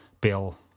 bill